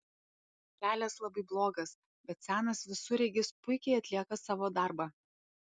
kelias labai blogas bet senas visureigis puikiai atlieka savo darbą